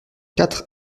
quatre